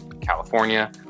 California